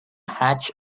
hatch